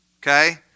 okay